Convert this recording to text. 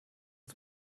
uns